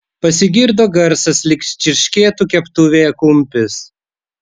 pasigirdo garsas lyg čirškėtų keptuvėje kumpis